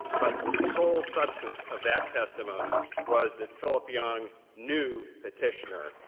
but the sole substance of that testimony was that phillip young knew petitioner,